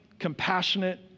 compassionate